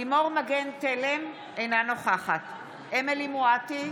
לימור מגן תלם, אינה נוכחת אמילי חיה מואטי,